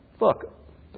look